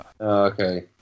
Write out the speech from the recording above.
okay